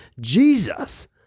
Jesus